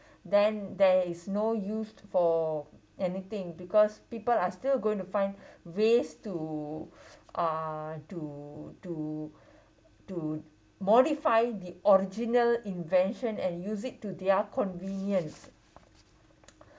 then there is no use for anything because people are still going to find ways to uh to to to modify the original invention and use it to their convenience